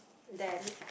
then